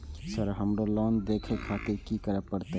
Sir हमरो loan देखें खातिर की करें परतें?